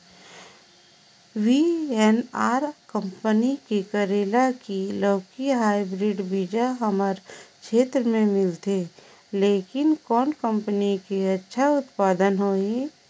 VNR company के करेला की लौकी हाईब्रिड बीजा हमर क्षेत्र मे मिलथे, लेकिन कौन कंपनी के अच्छा उत्पादन होही?